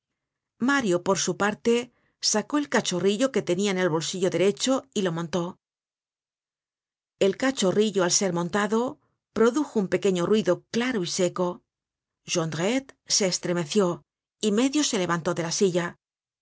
mario por su parte sacó el cachorrillo que tenia en el bolsillo derecho y lo montó el cachorrillo al ser montado produjo un pequeño ruido claro y seco jondrette se estremeció y medio se levantó dela silla